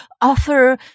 offer